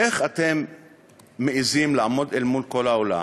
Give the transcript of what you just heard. איך אתם מעזים לעמוד אל מול כל העולם,